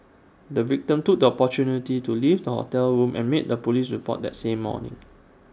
the victim took the opportunity to leave the hotel room and made A Police report that same morning